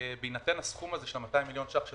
בהינתן הסכום של ה-200 מיליון שקלים של